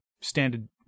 standard